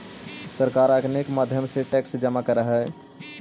सरकार अनेक माध्यम से टैक्स जमा करऽ हई